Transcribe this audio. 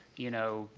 you know,